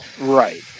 Right